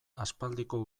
aspaldiko